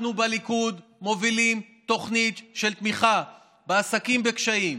אנחנו בליכוד מובילים תוכנית של תמיכה בעסקים בקשיים,